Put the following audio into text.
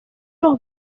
los